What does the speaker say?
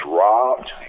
robbed